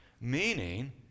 Meaning